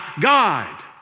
God